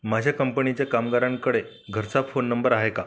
माझ्या कंपनीच्या कामगारांकडे घरचा फोन नंबर आहे का